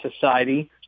society